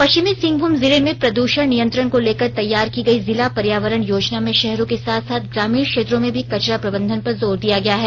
पश्चिमी सिंहभूम जिले में प्रद्षण नियंत्रण को लेकर तैयार की गई जिला पर्यावरण योजना में शहरों के साथ साथ ग्रामीण क्षेत्रों में भी कचरा प्रबंधन पर जोर दिया गया है